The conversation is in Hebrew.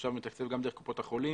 עכשיו מתקצבים גם דרך קופות החולים,